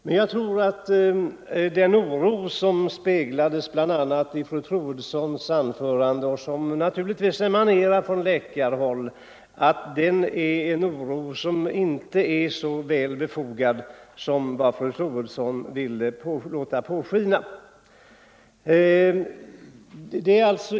Men jag tror att den oro som speglades bl.a. i fru Troedssons anförande, och som naturligtvis emanerar från läkarhåll, inte är så väl befogad som fru Troedsson ville låta påskina.